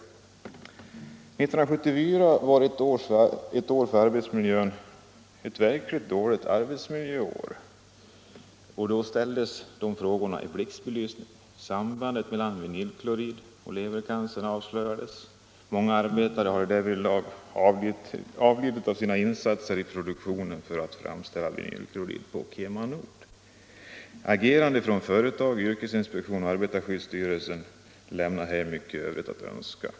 1974 var ett år när arbetsmiljön — den verkligt dåliga arbetsmiljön —- ställdes i blixtbelysning. Sambandet mellan vinylklorid och levercancer avslöjades. Många arbetare hade därvid avlidit av sin insats i produktionen för att framställa vinylklorid på KemaNord. Agerandet från företag, yrkesinspektion och arbetarskyddsstyrelse lämnar mycket övrigt att önska.